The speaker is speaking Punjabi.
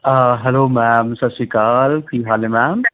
ਹਾਂ ਹੈਲੋ ਮੈਮ ਸਤਿ ਸ਼੍ਰੀ ਅਕਾਲ ਕੀ ਹਾਲ ਨੇ ਮੈਮ